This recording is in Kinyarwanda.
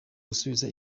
gusubiza